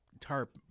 tarp